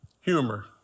humor